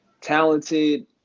talented